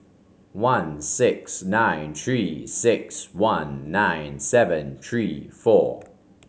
one six nine Three six one nine seven three four